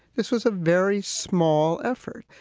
this was a very small effort.